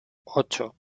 ocho